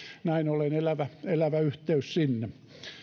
näin ollen elävä elävä yhteys sinne